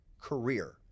career